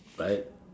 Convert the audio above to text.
right